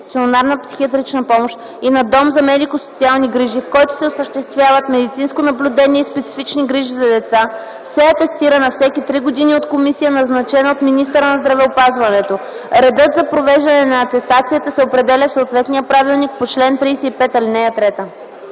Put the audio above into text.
психиатрична помощ и на дом за медико-социални грижи, в който се осъществяват медицинско наблюдение и специфични грижи за деца, се атестира на всеки три години от комисия, назначена от министъра на здравеопазването. Редът за провеждане на атестацията се определя в съответния правилник по чл. 35, ал. 3.”